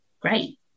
great